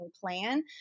plan